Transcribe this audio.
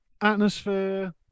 Atmosphere